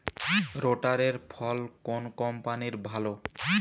রোটারের ফল কোন কম্পানির ভালো?